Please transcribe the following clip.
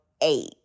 eight